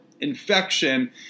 infection